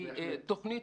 כי תוכנית,